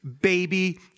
baby